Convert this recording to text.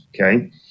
Okay